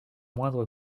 moindre